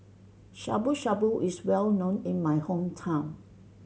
Shabu Shabu is well known in my hometown